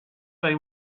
they